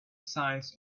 signs